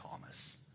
Thomas